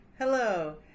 Hello